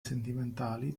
sentimentali